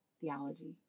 theology